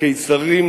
לקיסרים,